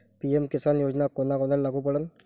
PM Kisan योजना कोना कोनाले लागू पडन?